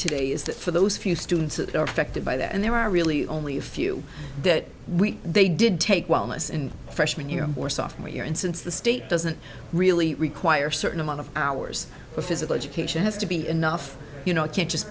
day is that for those few students that are affected by that and there are really only a few that we they did take wellness in freshman year or software year and since the state doesn't really require a certain amount of hours for physical education has to be enough you know it can't just